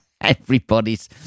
everybody's